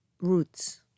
roots